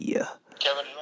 Kevin